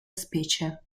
specie